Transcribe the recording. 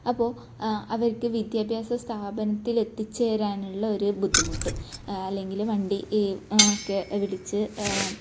അപ്പോൾ അവർക്ക് വിദ്യാഭ്യാസ സ്ഥാപനത്തിലെത്തി ചേരാനുള്ള ഒരു ബുദ്ധിമുട്ട് അല്ലെങ്കിൽ വണ്ടി ഒക്കെ വിളിച്ച്